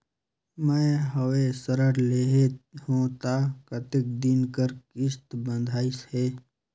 मैं हवे ऋण लेहे हों त कतेक दिन कर किस्त बंधाइस हे?